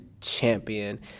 champion